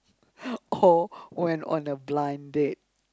or went on a blind date